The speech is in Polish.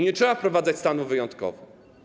Nie trzeba wprowadzać stanów wyjątkowych.